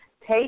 take